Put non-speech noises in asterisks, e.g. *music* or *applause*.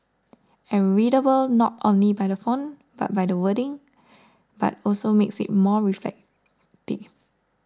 and readable not only by the font but by the wordings but also make it more *unintelligible*